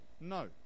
No